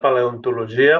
paleontologia